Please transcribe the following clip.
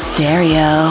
Stereo